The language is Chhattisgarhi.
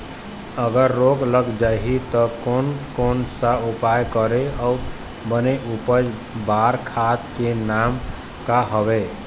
अगर रोग लग जाही ता कोन कौन सा उपाय करें अउ बने उपज बार खाद के नाम का हवे?